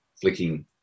flicking